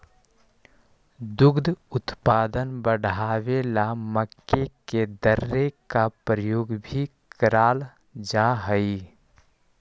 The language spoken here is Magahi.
दुग्ध उत्पादन बढ़ावे ला मक्के के दर्रे का प्रयोग भी कराल जा हई